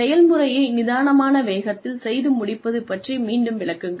செயல்முறையை நிதானமான வேகத்தில் செய்து முடிப்பது பற்றி மீண்டும் விளக்குங்கள்